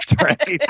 right